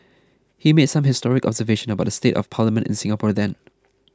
he made some historic observations about the state of Parliament in Singapore then